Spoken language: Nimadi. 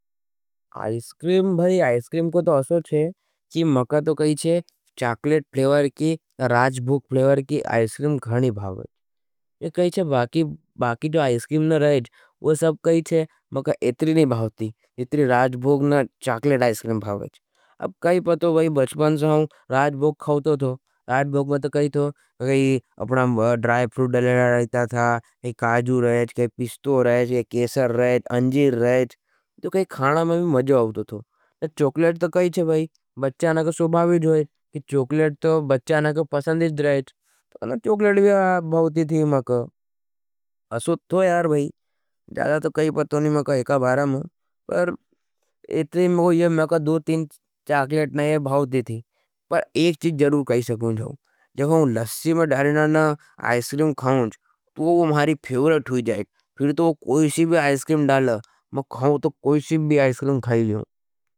अईसक्रीम भाई, अईसक्रीम को तओ असोच्ये कि मका तो कहीचे चाकलेट फ्लेवर की राजभोग फ्लेवर की आईसक्रिम घणी भावएच्च। ने कही छे बाकी, बाकी तो आईस्क्रिम न रहेज. वे सब कही छे, मका एतरी नहीं भावती। जितरी राजभोग न चाकलेट आइसक्रेम भावेच अब काई पतो भाई बच्चबन से हम राजभोग खाओतो थो। राजभोग में तो कही थो का काई अपना ड्राइप्रूट डलेडा रहता था। काई काजू, काई पिस्तो, कैसर, काई अंजीर रहता था तो काई खाणा में भावेच आओतो थो। चोकलेट तो कही थे बच्चाना को सोभावेच होई चोकलेट तो बच्चाना को पसंद ही रहें चोकलेट भावेच भावती थी। असो थो यार ज़्यादा तो कही पतो नहीं में कहा एका बारा मैं पर एक थी में कहा दो तीन चाकलेट नहीं भावती थी। पर एक चीज़ ज़रूर कही सकूँ जाओ जब मैं लश्य में डारेना ना आईस्क्रिम खाऊँज तो वो मारी फेवरेट होई जाएगा। फिर तो कोई शीबी आईस्क्रिम डाला मैं खाऊँज तो कोई शीबी आईस्क्रिम खाई लियों।